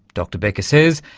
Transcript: dr becker says,